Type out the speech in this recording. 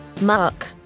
Mark